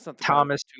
Thomas